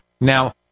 Now